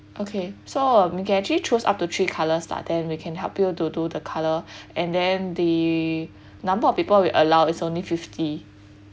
okay so um you can actually choose up to three colours lah then we can help you to do the color and then the number of people we allow is only fifty